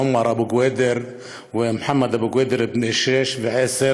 עומר אבו קוידר ומחמוד אבו קוידר בני שש ועשר